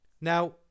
Now